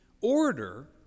Order